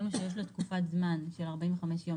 אומרים לו שיש לו תקופת זמן של 45 יום